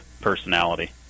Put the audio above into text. personality